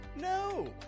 No